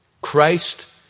Christ